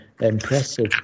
impressive